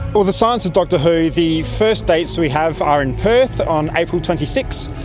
well, the science of doctor who, the first dates we have are in perth on april twenty six,